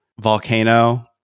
Volcano